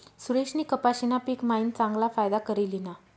सुरेशनी कपाशीना पिक मायीन चांगला फायदा करी ल्हिना